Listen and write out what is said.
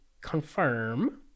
confirm